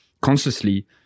consciously